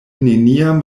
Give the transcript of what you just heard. neniam